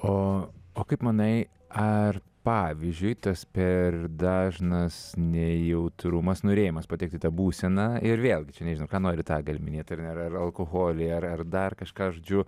o o kaip manai ar pavyzdžiui tas per dažnas nejautrumas norėjimas patikti į tą būseną ir vėlgi čia nežinau ką nori tą gali minėti ar ne ar alkoholį ar dar kažką žodžiu